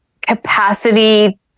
capacity